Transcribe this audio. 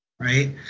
Right